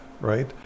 right